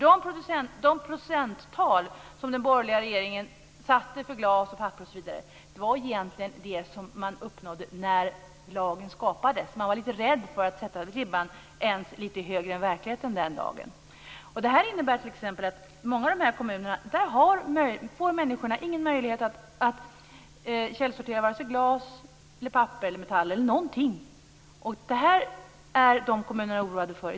De procenttal som den borgerliga regeringen satte för glas, papper, osv. var egentligen de som man uppnådde när lagen skapades. Man var lite rädd för att sätta ribban ens lite högre än verkligheten den dagen. Det innebär t.ex. att i många av dessa kommuner får människor ingen möjlighet att källsortera vare sig glas, papper, metall eller något annat. Detta är dessa kommuner oroade för.